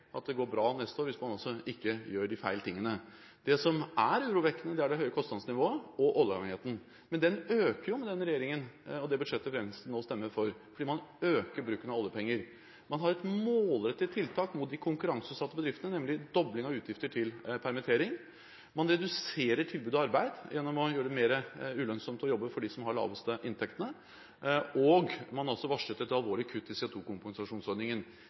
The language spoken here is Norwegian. at det går bra neste år hvis man ikke gjør tingene feil. Det som er urovekkende, er det høye kostnadsnivået og oljeavhengigheten. Men den øker med denne regjeringen og det budsjettet Venstre nå stemmer for, fordi man øker bruken av oljepenger. Man har et målrettet tiltak mot de konkurranseutsatte bedriftene, nemlig dobling av utgifter til permittering, man reduserer tilbudet av arbeid gjennom å gjøre det mer ulønnsomt å jobbe for dem som har de laveste inntektene, og man har varslet et alvorlig kutt i